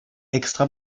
extra